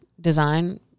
design